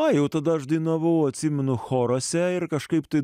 o jau tada aš dainavau atsimenu choruose ir kažkaip tai